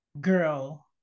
girl